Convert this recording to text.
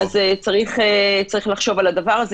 וצריך לחשוב על הדבר הזה,